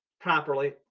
properly